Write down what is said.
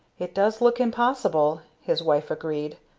it does look impossible, his wife agreed,